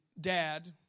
dad